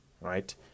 right